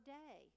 day